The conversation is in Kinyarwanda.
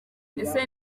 ese